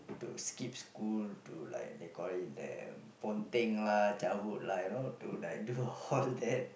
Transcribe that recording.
to skip school to like they called it the ponteng lah cabut lah you know to like do all that